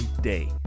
day